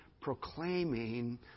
proclaiming